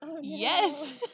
Yes